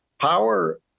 power